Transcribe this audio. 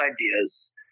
ideas